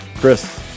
Chris